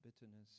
bitterness